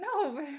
No